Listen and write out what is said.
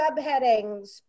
subheadings